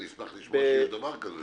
אשמח לשמוע שיש דבר כזה.